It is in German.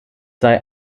sei